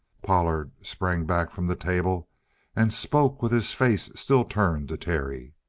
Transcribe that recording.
pollard sprang back from the table and spoke with his face still turned to terry.